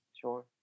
Sure